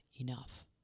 enough